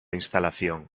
instalación